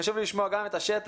חשוב לי לשמוע את השטח,